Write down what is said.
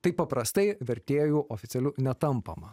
taip paprastai vertėju oficialiu netampama